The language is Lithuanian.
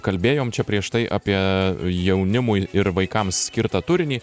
kalbėjom prieš tai apie jaunimui ir vaikams skirtą turinį